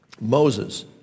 Moses